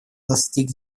достиг